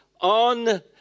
on